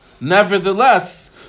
nevertheless